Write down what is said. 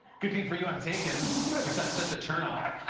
good thing for you i'm taken if that's such a turnoff